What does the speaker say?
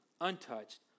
untouched